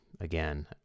again